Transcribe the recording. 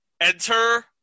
Enter